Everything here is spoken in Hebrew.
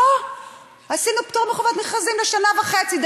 פה עשינו פטור מחובת מכרזים לשנה וחצי.